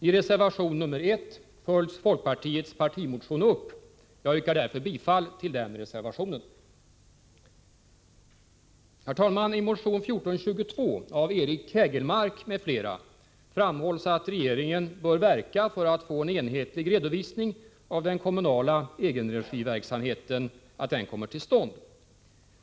I reservation nr 1 följs folkpartiets partimotion upp. Jag yrkar därför bifall 89 Herr talman! I motion 1422 av Eric Hägelmark m.fl. framhålls att regeringen bör verka för att en enhetlig redovisning av den kommunala egenregiverksamheten kommer till stånd.